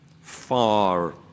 far